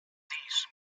these